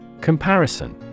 COMPARISON